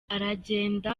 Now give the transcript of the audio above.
aragenda